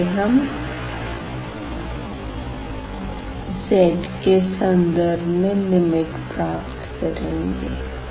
पहले हम z के संदर्भ में लिमिट प्राप्त करेंगे